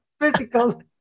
physical